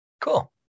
cool